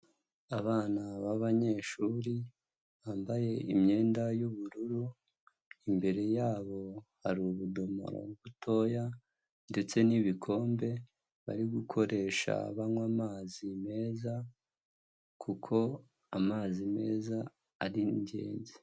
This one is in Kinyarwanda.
Abana b'abanyeshuri bambaye imyenda y'ubururu imbere yabo hari ubudomora butoya ndetse n'ibikombe bari gukoresha banywa amazi meza kuko amazi meza ari ingenzi.